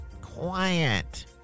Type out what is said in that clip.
Quiet